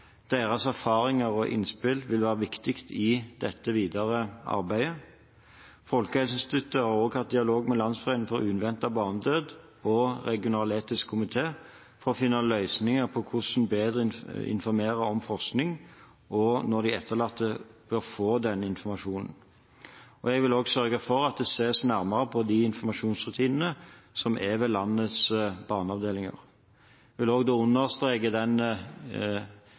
Deres erfaringer og innspill vil være viktige i det videre arbeidet. Folkehelseinstituttet har også hatt dialog med Landsforeningen uventet barnedød og de regionaletiske komiteene for å finne løsninger på hvordan man bedre informerer om forskning, og når de etterlatte bør få denne informasjonen. Jeg vil også sørge for at det ses nærmere på de informasjonsrutinene ved landets barneavdelinger. Jeg vil også understreke